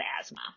asthma